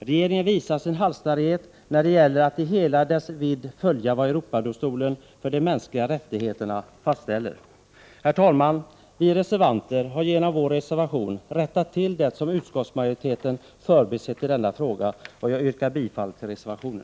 Regeringen visar sin halsstarrighet när det gäller att i hela dess vidd följa vad Europadomstolen för de mänskliga rättigheterna fastställer. Herr talman! Vi reservanter har genom vår reservation rättat till det som utskottsmajoriteten förbisett i denna fråga. Jag yrkar bifall till reservationen.